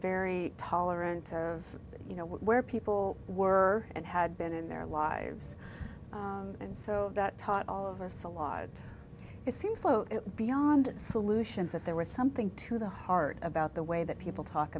very tolerant of you know where people were and had been in their lives and so that taught all of us a lot it seems like beyond solutions that there was something to the heart about the way that people t